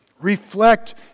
Reflect